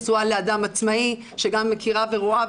נשואה לאדם עצמאי שגם מכירה ורואה,